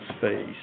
fees